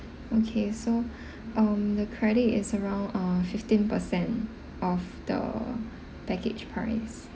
okay so um the credit is around uh fifteen per cent of the package price